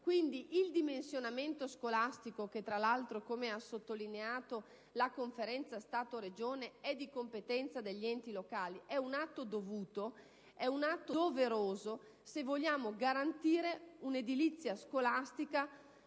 Quindi, il dimensionamento scolastico, che tra l'altro (come sottolineato dalla Conferenza Stato-Regioni) è di competenza degli enti locali, è un atto dovuto e doveroso se vogliamo garantire un'edilizia scolastica